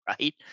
right